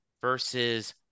versus